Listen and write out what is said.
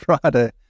Friday